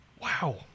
Wow